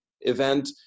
event